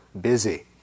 busy